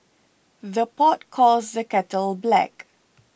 the pot calls the kettle black